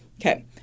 Okay